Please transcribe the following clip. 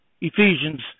Ephesians